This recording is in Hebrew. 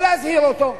או להזהיר אותו,